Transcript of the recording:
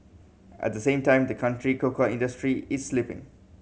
at the same time the country cocoa industry is slipping